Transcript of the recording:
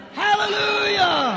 hallelujah